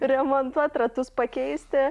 remontuot ratus pakeisti